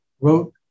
wrote